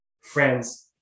Friends